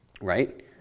right